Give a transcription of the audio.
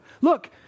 Look